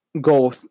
go